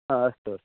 हा अस्तु अस्तु